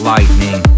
Lightning